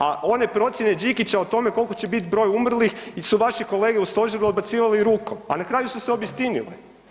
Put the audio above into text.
A one procjene Đikića o tome koliki će biti broj umrlih su vaši kolege u stožeru odbacivali i rukom, a na kraju su se i obistinile.